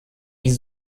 wie